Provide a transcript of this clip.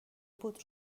بود